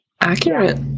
Accurate